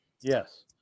Yes